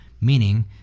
meaning